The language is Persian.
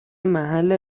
محل